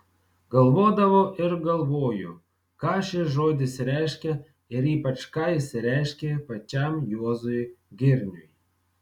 galvodavau ir galvoju ką šis žodis reiškia ir ypač ką jis reiškė pačiam juozui girniui